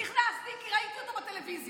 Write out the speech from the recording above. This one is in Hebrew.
נכנסתי כי ראיתי אותו בטלוויזיה.